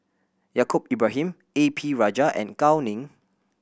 Yaacob Ibrahim A P Rajah and Gao Ning